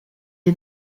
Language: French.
est